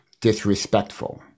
disrespectful